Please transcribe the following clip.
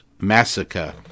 massacre